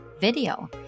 video